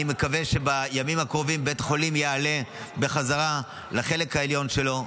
אני מקווה שבימים הקרובים בית החולים יעלה בחזרה לחלק העליון שלו,